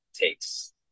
takes